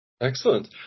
excellent